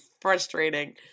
frustrating